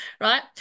right